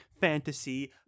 fantasy